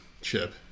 chip